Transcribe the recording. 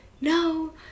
no